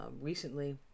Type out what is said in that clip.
recently